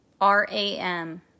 R-A-M